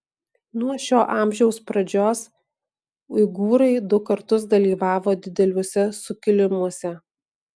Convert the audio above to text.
nuo šio amžiaus pradžios uigūrai du kartus dalyvavo dideliuose sukilimuose